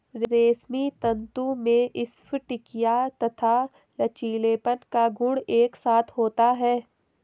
रेशमी तंतु में स्फटिकीय तथा लचीलेपन का गुण एक साथ होता है